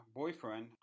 boyfriend